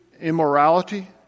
immorality